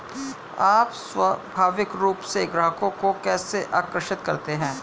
आप स्वाभाविक रूप से ग्राहकों को कैसे आकर्षित करते हैं?